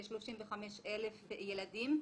כ-35,000 ילדים.